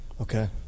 Okay